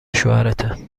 شوهرته